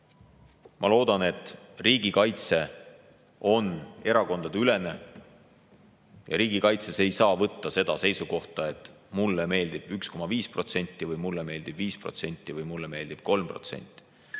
ma loodan, et riigikaitse on erakondadeülene. Riigikaitses ei saa võtta seda seisukohta, et mulle meeldib 1,5% või mulle meeldib 5% või mulle meeldib 3%.